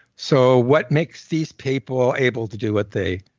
so what makes these people able to do what they